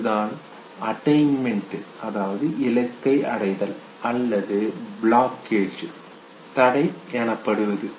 இதுதான் அட்டைன்மெண்ட் இலக்கை அடைதல் அல்லது பிளாக்கேஜ் தடை எனப்படுவது